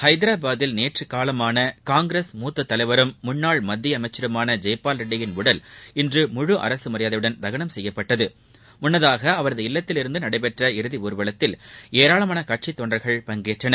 ஐதராபாத்தில் நேற்று காலமான காங்கிரஸ் மூத்த தலைவரும் முன்னாள் மத்திய அமைச்சருமான ஜெய்பால் ரெட்டியின் உடல் இன்று முழு அரசு மரியாதையுடன் தகனம் செய்யப்பட்டது முன்னதாக அவரது இல்லத்தில் இருந்து நடைபெற்ற இறுதி ஊர்வலத்தில் ஏராளமான கட்சித் தொண்டர்கள் பங்கேற்றனர்